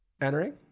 entering